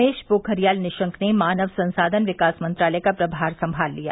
रमेश पोखरियाल निशंक ने मानव संसाधन विकास मंत्रालय का प्रभार संभाल लिया